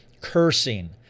cursing